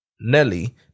Nelly